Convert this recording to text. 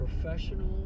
professional